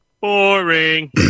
Boring